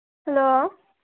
hello